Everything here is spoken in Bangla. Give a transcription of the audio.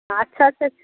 আচ্ছা সে